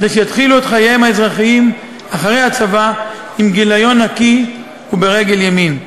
כדי שיתחילו את חייהם האזרחיים אחרי הצבא עם גיליון נקי וברגל ימין.